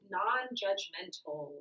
non-judgmental